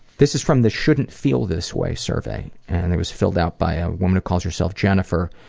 this is from the shouldn't feel this way survey, and it was filled out by a woman who calls herself jennifer.